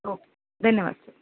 okay धन्यवाद sir